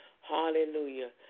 Hallelujah